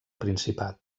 principat